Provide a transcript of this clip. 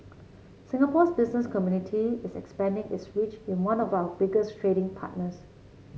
Singapore's business community is expanding its reach in one of our biggest trading partners